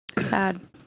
Sad